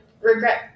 regret